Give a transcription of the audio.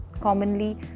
commonly